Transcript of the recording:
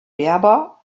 berber